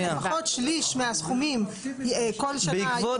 שלפחות שליש מהסכומים כל שנה --- אז אנחנו אמרנו,